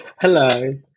Hello